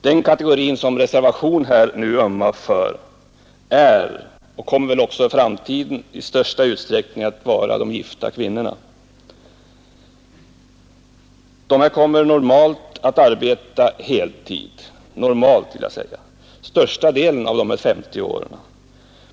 Den kategori som reservationen nu ömmar för är och kommer väl också i framtiden att i största utsträckning utgöras av gifta kvinnor. De kommer normalt att arbeta heltid största delen av de här 50 åren.